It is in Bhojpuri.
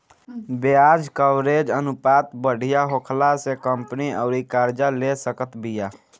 ब्याज कवरेज अनुपात बढ़िया होखला से कंपनी अउरी कर्जा ले सकत बिया